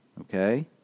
Okay